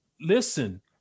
listen